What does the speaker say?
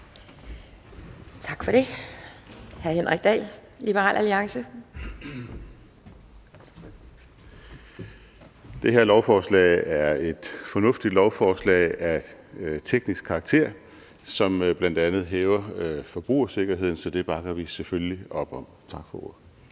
(Ordfører) Henrik Dahl (LA): Det her lovforslag er et fornuftigt lovforslag af teknisk karakter, som bl.a. hæver forbrugersikkerheden, så det bakker vi selvfølgelig op om. Tak for ordet.